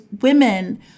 women